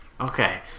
okay